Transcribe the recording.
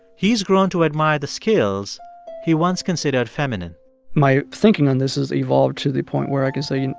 he's grown to admire the skills he once considered feminine my thinking on this has evolved to the point where i can say,